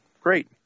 great